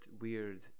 weird